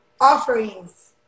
offerings